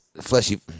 fleshy